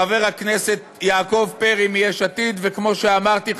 חבר הכנסת יעקב פרי מיש עתיד וכמו שאמרתי,